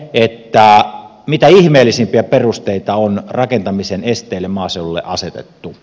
samoin mitä ihmeellisimpiä perusteita on rakentamisen esteille maaseuduille asetettu